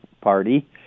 Party